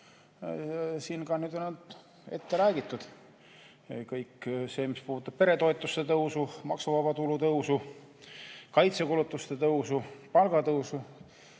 siin nüüd on juba räägitud, kõik see, mis puudutab peretoetuste tõusu, maksuvaba tulu tõusu, kaitsekulutuste tõusu, palgatõusu,